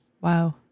wow